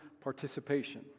participation